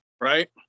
right